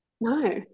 No